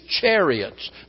chariots